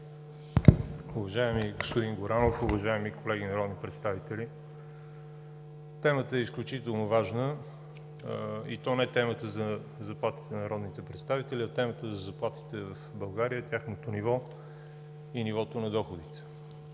Уважаеми господин Горанов, уважаеми колеги народни представители! Темата е изключително важна, и то не темата за заплатите на народните представители, а темата за заплатите в България, тяхното ниво и нивото на доходите.